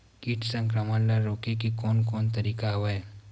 कीट संक्रमण ल रोके के कोन कोन तरीका हवय?